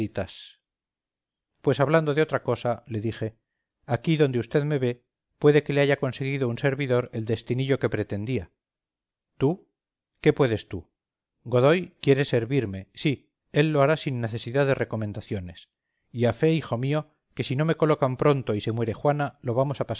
pues hablando de otra cosa le dije aquí donde usted me ve puede que le haya conseguido un servidor el destinillo que pretendía tú qué puedes tú godoy quiere servirme sí él lo hará sin necesidad de recomendaciones y a fe hijo mío que si no me colocan pronto y se muere juana lo vamos a